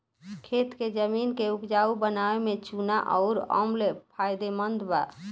खेत के जमीन के उपजाऊ बनावे में चूना अउर अम्ल फायदेमंद बा